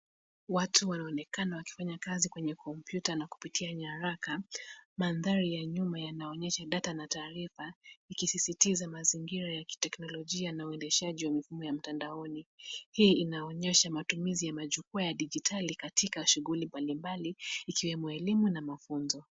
Watu wanaonekana wakifanya kazi kwenye kompyuta na kupitia nyaraka. Mandhari ya nyuma yanaonyesha data na taarifa. Ikisisitiza mazingira ya kiteknolojia na uendeshaji wa mifumo ya mtandaoni. Hii inaonyesha matumizi ya majukwaa ya dijitali katika shughuli mbalimbali ikiwemo elimu na mafunzo.